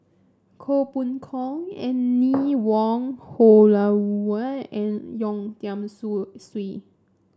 Koh Poh Koon Anne Wong Holloway and Yeo Tiam sue Siew